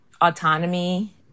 autonomy